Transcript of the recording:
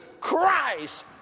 Christ